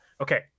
okay